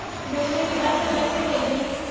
दुसरे के पैसा कैसे भेजी?